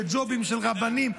וג'ובים של רבנים.